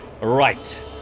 Right